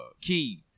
keys